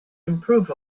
improve